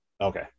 Okay